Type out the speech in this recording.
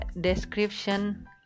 description